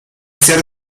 ser